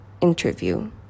interview